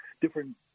different